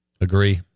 Agree